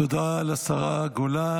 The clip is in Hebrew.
תודה לשרה גולן.